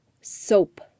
SOAP